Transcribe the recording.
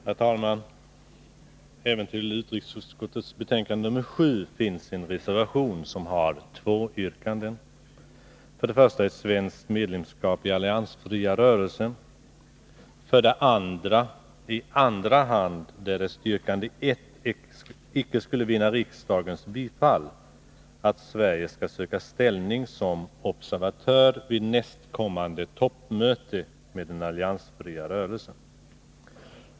Herr talman! Även till utrikesutskottets betänkande nr 7 är fogad en reservation som har två yrkanden. De gäller dels svenskt medlemsskap i den alliansfria rörelsen, dels —-i andra hand, därest det första yrkandet icke skulle vinna riksdagens bifall — att Sverige skall söka ställning som observatör vid nästkommande toppmöte med den alliansfria rörelsen.